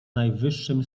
najwyższym